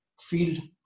field